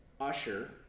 Usher